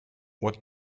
what